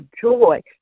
joy